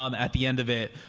um at the end of it.